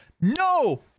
No